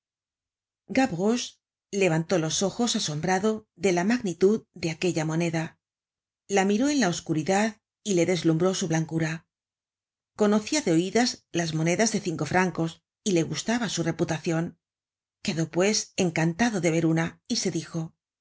govroche levantó los ojos asombrado de la magnitud de aquella moneda la miró en la oscuridad y le deslumhró su blancura conocia de oidas las monedas de cinco francos y le gustaba su reputacion quedó pues encantado de ver una y se dijo